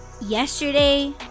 yesterday